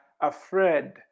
afraid